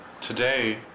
Today